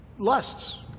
lusts